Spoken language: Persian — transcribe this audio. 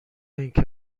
اینکه